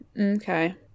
Okay